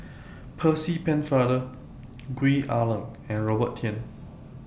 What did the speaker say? Percy Pennefather Gwee Ah Leng and Robert Tan